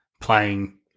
playing